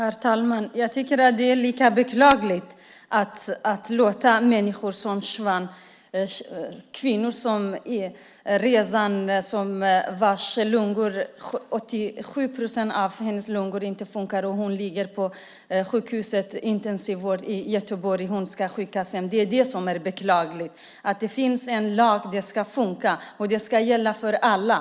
Herr talman! Jag tycker att det är lika beklagligt med behandlingen av människor som Shwan och Rêzan. 87 procent av Rêzans lungor fungerar inte. Hon ligger på sjukhuset, på intensivvården i Göteborg. Hon ska skickas iväg sedan. Det är det som är beklagligt. Det finns en lag. Den ska fungera, och den ska gälla för alla.